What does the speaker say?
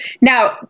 Now